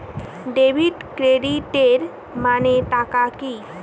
Debit ক্রেডিটের মানে টা কি?